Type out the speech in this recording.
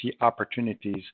opportunities